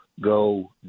go